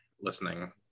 listening